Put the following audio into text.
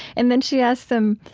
and then she asked them,